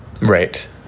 Right